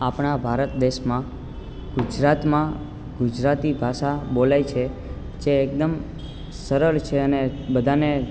આપણા ભારત દેશમાં ગુજરાતમાં ગુજરાતી ભાષા બોલાય છે જે એકદમ સરળ છે અને બધાને